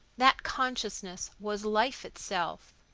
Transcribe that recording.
that consciousness was life itself.